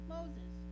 Moses